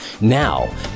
Now